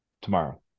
tomorrow